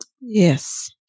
yes